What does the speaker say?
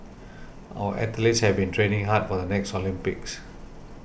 our athletes have been training hard for the next Olympics